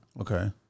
Okay